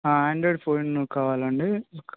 Android phone కావాలి అండి